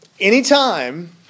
Anytime